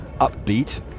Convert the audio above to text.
upbeat